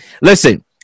Listen